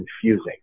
confusing